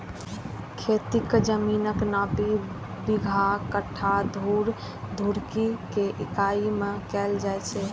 खेतीक जमीनक नापी बिगहा, कट्ठा, धूर, धुड़की के इकाइ मे कैल जाए छै